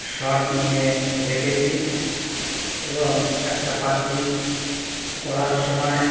shot নিয়ে দেখেছি এবং একটা পাখি করার সময়